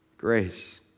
Grace